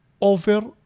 over